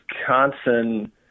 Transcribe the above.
Wisconsin